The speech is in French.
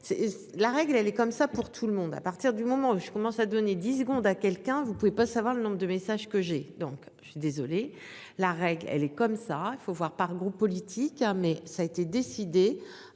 la règle elle est comme ça pour tout le monde à partir du moment où je commence à donner 10 secondes à quelqu'un, vous ne pouvez pas savoir le nombre de messages que j'ai, donc je suis désolé, la règle elle est comme ça, il faut voir par groupe politique hein mais ça a été décidé